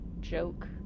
joke